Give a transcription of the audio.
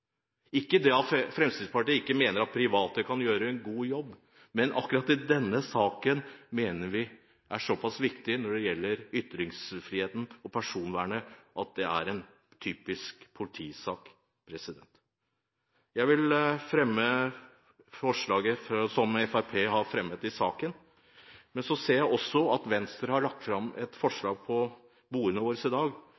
ikke det at Fremskrittspartiet ikke mener at private kan gjøre en god jobb, men akkurat denne saken mener vi er såpass viktig når det gjelder ytringsfriheten og personvernet, at det er en typisk politisak. Jeg vil ta opp forslaget som Fremskrittspartiet har fremmet i saken. Jeg ser også at Venstre har lagt fram et